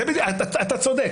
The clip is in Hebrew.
אתה צודק.